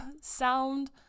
sound